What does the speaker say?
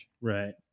Right